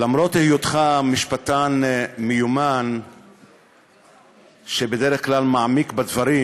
למרות היותך משפטן מיומן שבדרך כלל מעמיק בדברים,